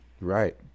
Right